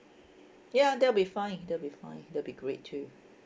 ya that'll be fine that'll be fine that'll be great too